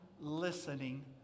listening